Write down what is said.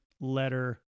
letter